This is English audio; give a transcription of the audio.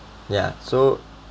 ya so